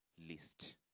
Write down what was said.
list